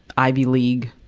ivy league.